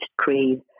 creed